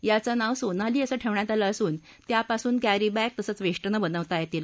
याचं नाव सोनाली असं ठेवण्यात आलं असून त्यापासून कॅरीबॅग तसंच वेष्टनं बनवता येतील